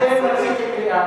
אתם רוצים מליאה,